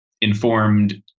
informed